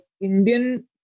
Indian